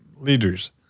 leaders